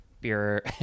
beer